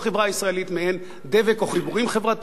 הישראלית מעין דבק או חיבורים חברתיים,